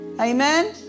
amen